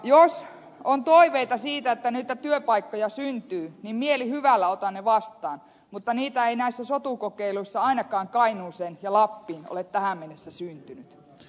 jos on toiveita siitä että niitä työpaikkoja syntyy niin mielihyvällä otan ne vastaan mutta niitä ei näissä sotukokeiluissa ainakaan kainuuseen ja lappiin ole tähän mennessä syntynyt